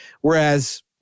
Whereas